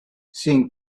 seeing